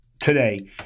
today